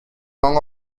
long